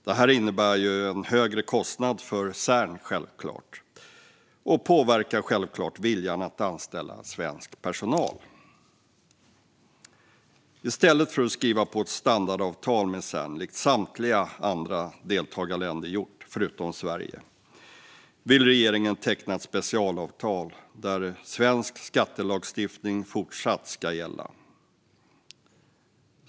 Detta innebär självfallet en högre kostnad för Cern och påverkar viljan att anställa svensk personal. I stället för att skriva på ett standardavtal med Cern, likt samtliga deltagarländer förutom Sverige gjort, vill regeringen teckna ett specialavtal där svensk skattelagstiftning fortsatt ska gälla.